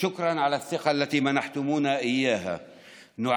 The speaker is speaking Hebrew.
לבני עמנו ואנשינו התושבים הערבים,